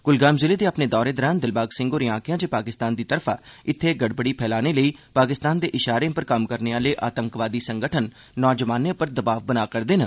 कुलगाम ज़िले दे अपने दौरे दरान दिलबाग सिंह होरें आक्खेआ जे पाकिस्तान दी तरफा इत्थें गड़बड़ी फैलाने लेई पाकिस्तान दे इशारे पर कम्म करने आले आतंकी संगठन नोजवानें पर दबाव बना करदे न